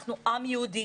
אנחנו עם יהודי.